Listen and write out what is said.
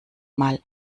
mal